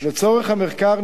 לצורך המחקר,